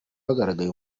hagaragaye